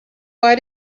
why